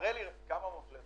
המצלמה